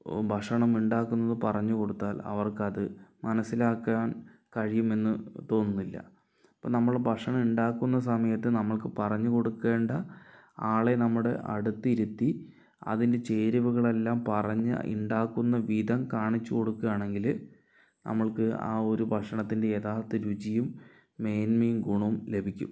ഭക്ഷണം ഉണ്ടാക്കുന്നത് പറഞ്ഞുകൊടുത്താൽ അവർക്കത് മനസിലാക്കാൻ കഴിയുമെന്ന് തോന്നുന്നില്ല ഇപ്പോൾ നമ്മൾ ഭക്ഷണം ഉണ്ടാക്കുന്ന സമയത്ത് നമ്മൾക്കു പറഞ്ഞുകൊടുക്കേണ്ട ആളെ നമ്മളുടെ അടുത്തിരുത്തി അതിൻ്റെ ചേരുവകളെല്ലാം പറഞ്ഞു ഉണ്ടാക്കുന്ന വിധം കാണിച്ചു കൊടുക്കുകയാണെങ്കിൽ നമ്മൾക്കു ആ ഒരു ഭക്ഷണത്തിൻ്റെ യഥാർത്ഥ രുചിയും മേന്മയും ഗുണവും ലഭിക്കും